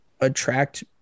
attract